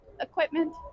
equipment